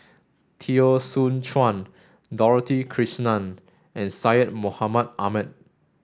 Teo Soon Chuan Dorothy Krishnan and Syed Mohamed Ahmed